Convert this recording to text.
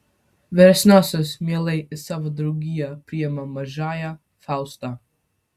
vyresniosios mielai į savo draugiją priima mažąją faustą